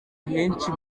henshi